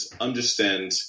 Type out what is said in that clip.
understand